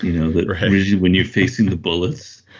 you know that when you're facing the bullets,